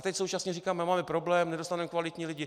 A teď současně říkáme: máme problém, nedostaneme kvalitní lidi.